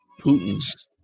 Putin's